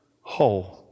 whole